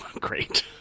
Great